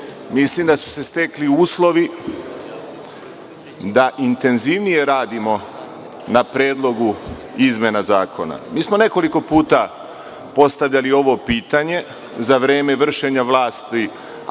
mislim da su se stekli uslovi da intenzivnije radimo na predlogu izmena zakona. Mi smo nekoliko puta postavljali ovo pitanje za vreme vršenja vlasti